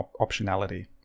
optionality